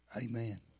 Amen